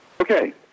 Okay